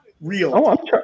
real